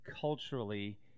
culturally